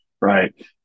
right